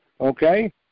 okay